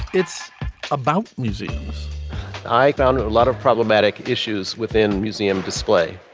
it's about museums i found a lot of problematic issues within museum display.